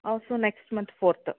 also next month fourth